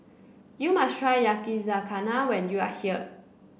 you must try Yakizakana when you are here